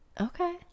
okay